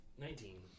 Nineteen